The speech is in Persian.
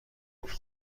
گفت